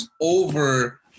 over